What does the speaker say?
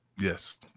Yes